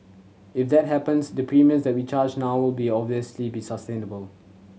if that happens the premiums that we charge now will obviously be sustainable